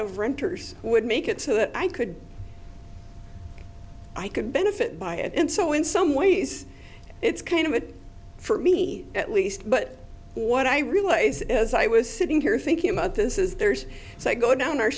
of renters would make it so that i could i could benefit by it and so in some ways it's kind of it for me at least but what i realize is i was sitting here thinking about this is there's so i go down our